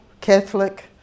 Catholic